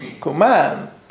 command